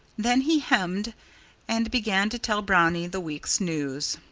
then he hemmed and began to tell brownie the week's news.